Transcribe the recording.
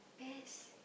best